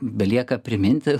belieka priminti